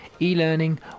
e-learning